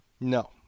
No